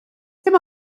dim